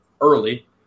early